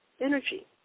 Energy